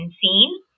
seen